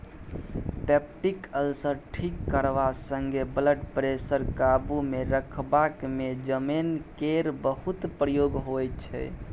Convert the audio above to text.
peptic ulcer ठीक करबा संगे ब्लडप्रेशर काबुमे रखबाक मे जमैन केर बहुत प्रयोग होइ छै